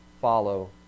follow